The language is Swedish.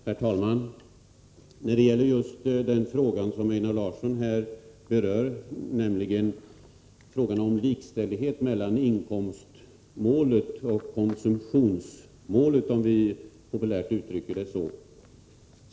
Herr talman! Jag vill kommentera den fråga som Einar Larsson här berör, nämligen frågan om likställighet mellan inkomstmålet och konsumtionsmålet — låt mig populärt uttrycka det så.